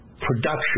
production